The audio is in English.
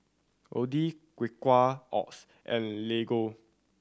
Odlo Quaker Oats and Lego